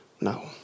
No